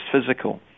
physical